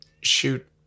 shoot